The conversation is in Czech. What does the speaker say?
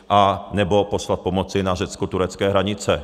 Anebo poslat pomoc na řeckoturecké hranice.